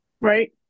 Right